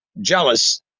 Jealous